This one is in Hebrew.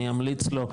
אני אמליץ לו,